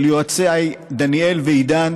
ליועציי דניאל ועידן,